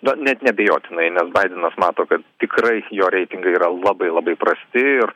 na net neabejotinai nes baidenas mato kad tikrai jo reitingai yra labai labai prasti ir